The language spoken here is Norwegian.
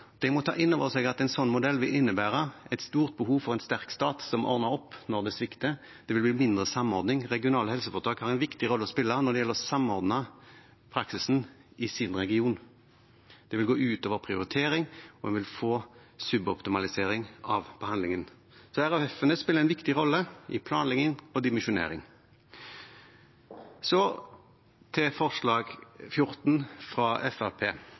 må ta inn over seg at en sånn modell vil innebære et stort behov for en sterk stat som ordner opp når det svikter – det vil bli mindre samordning. Regionale helseforetak har en viktig rolle å spille når det gjelder å samordne praksisen i sin region. Det vil gå ut over prioritering, og vi vil få suboptimalisering av behandlingen, der RHF-ene spiller en viktig rolle i planlegging og dimensjonering. Så til forslag nr. 14, fra